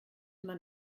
man